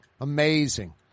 Amazing